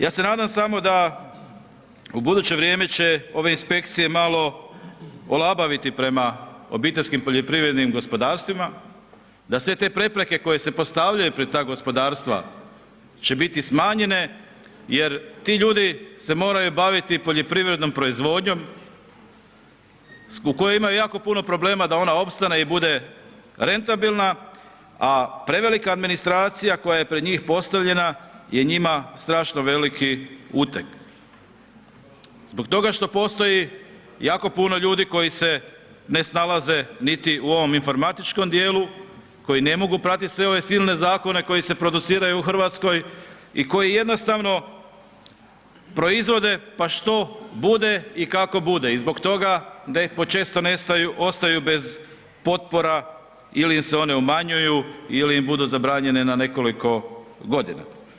Ja se nadam samo da ubuduće vrijeme će ove inspekcije malo olabaviti prema obiteljskim poljoprivrednim gospodarstvima, da sve te prepreke koje se postavljaju pred ta gospodarstva, će biti smanjene jer ti ljudi se moraju baviti poljoprivrednom proizvodnjom u kojoj ima jako puno problema da ona opstane i bude rentabilna, a prevelika administracija koja je pred njih postavljena je njima strašno veliki uteg, zbog toga što postoji jako puno ljudi koji se ne snalaze niti u ovom informatičkom dijelu koji ne mogu pratiti sve ove silne zakone koji se produciraju u RH i koji jednostavno proizvode, pa što bude i kako bude i zbog toga da ih počesto ostaju bez potpora ili im se one umanjuju ili im budu zabranjene na nekoliko godina.